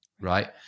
Right